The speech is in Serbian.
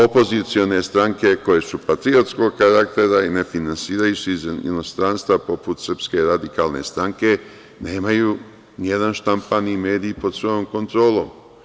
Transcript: Opozicione stranke koje su patriotskog karaktera i ne finansiraju se iz inostranstva, poput SRS, nemaju ni jedan štampani medij pod svojom kontrolom.